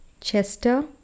Chester